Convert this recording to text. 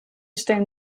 stellen